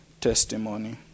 testimony